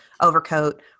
overcoat